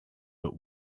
but